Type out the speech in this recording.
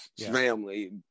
family